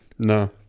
No